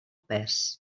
pes